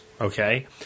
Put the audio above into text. okay